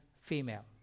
female